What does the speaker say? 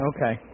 Okay